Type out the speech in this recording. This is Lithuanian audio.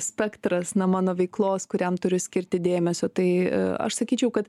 spektras nuo mano veiklos kuriam turiu skirti dėmesio tai aš sakyčiau kad